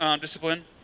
discipline